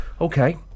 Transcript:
Okay